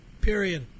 period